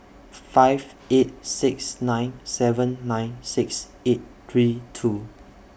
five eight six nine seven nine six eight three two